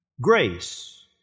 Grace